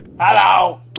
Hello